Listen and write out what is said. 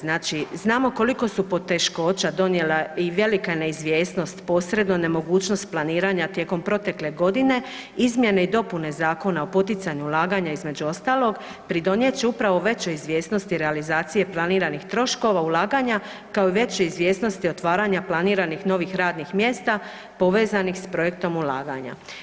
Znači, znamo koliko je poteškoća donijela i veliku neizvjesnost, posebno nemogućnost planiranja tijekom protekle godine, izmjene i dopune Zakona o poticanju ulaganja između ostalog pridonijet će upravo veći izvjesnosti realizacije planiranih troškova ulaganja kao i većoj izvjesnosti otvaranja planiranih novih radnih mjesta povezanih sa projektom ulaganja.